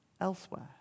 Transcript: elsewhere